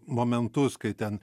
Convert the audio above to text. momentus kai ten